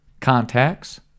Contacts